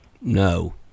No